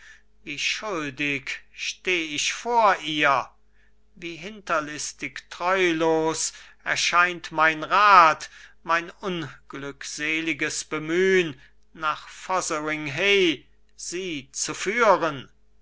wie schuldig steh ich vor ihr wie hinterlistig treulos erscheint mein rat mein unglückseliges bemühn nach fotheringhay sie zu führen